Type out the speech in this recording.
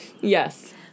Yes